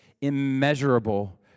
immeasurable